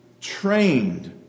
trained